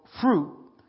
fruit